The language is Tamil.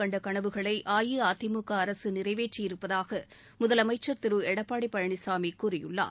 கண்டகனவுகளைஅஇஅதிமுகஅரசுநிறைவேற்றியிருப்பதாகமுதலமைச்சர் திருளடப்பாடிபழனிசாமிகூறியுள்ளார்